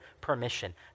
permission